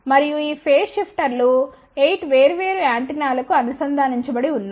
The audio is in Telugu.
మరియు ఈ ఫేజ్ షిఫ్టర్లు 8 వేర్వేరు యాంటెన్నాలకు అనుసంధానించబడి ఉన్నాయి